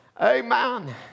Amen